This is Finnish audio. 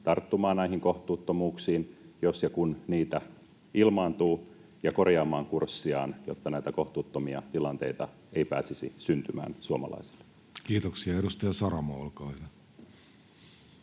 tarttumaan näihin kohtuuttomuuksiin, jos ja kun niitä ilmaantuu, ja korjaamaan kurssiaan, jotta näitä kohtuuttomia tilanteita ei pääsisi syntymään suomalaisille? [Speech 84] Speaker: